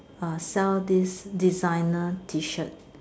uh sell this designer T-shirt